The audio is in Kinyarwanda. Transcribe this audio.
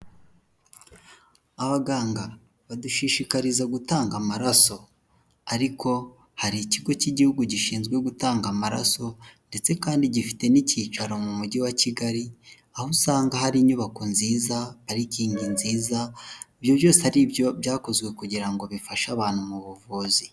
Abaganga badushishikariza gutanga amaraso, ariko hari ikigo cy'igihugu gishinzwe gutanga amaraso ndetse kandi gifite n'icyicaro mu mujyi wa Kigali, aho usanga hari inyubako nziza parikingi nziza ibyo byose ari ibyo byakozwe kugira ngo bifashe abantu mu buvuzi.